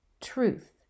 truth